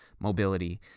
mobility